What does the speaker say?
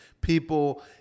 people